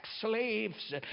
slaves